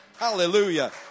Hallelujah